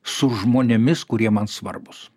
su žmonėmis kurie man svarbūs